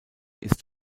ist